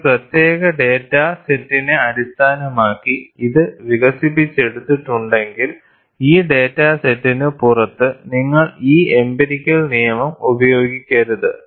ഒരു പ്രത്യേക ഡാറ്റാ സെറ്റിനെ അടിസ്ഥാനമാക്കി ഇത് വികസിപ്പിച്ചെടുത്തിട്ടുണ്ടെങ്കിൽ ഈ ഡാറ്റാ സെറ്റിന് പുറത്ത് നിങ്ങൾ ഈ എംപിരിക്കൽ നിയമം ഉപയോഗിക്കരുത്